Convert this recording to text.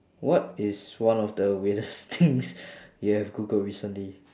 what is one of the weirdest things you have googled recently